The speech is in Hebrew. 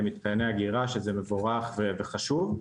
למתקני אגירה שזה מבורך וחשוב,